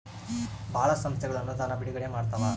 ಭಾಳ ಸಂಸ್ಥೆಗಳು ಅನುದಾನ ಬಿಡುಗಡೆ ಮಾಡ್ತವ